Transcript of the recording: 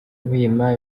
muhima